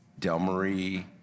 Delmarie